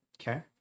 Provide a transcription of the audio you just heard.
Okay